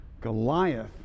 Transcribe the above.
Goliath